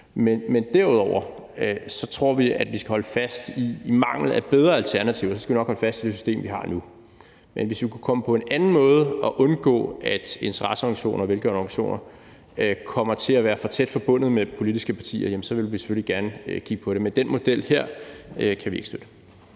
Men derudover tror vi, at vi i mangel af bedre alternativer nok skal holde fast i det system, vi har nu. Men hvis vi kunne komme på en anden måde at undgå, at interesseorganisationer og velgørende organisationer kommer til at være for tæt forbundet med politiske partier, så vil vi selvfølgelig gerne kigge på det. Men den her model kan vi ikke støtte.